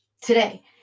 Today